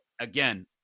again